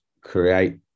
create